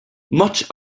much